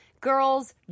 Girls